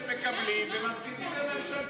תחליטו אתם שמקבלים וממתינים לממשלתי.